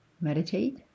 meditate